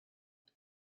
what